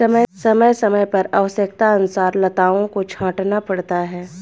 समय समय पर आवश्यकतानुसार लताओं को छांटना पड़ता है